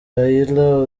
raila